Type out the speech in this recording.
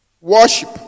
Worship